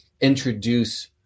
introduce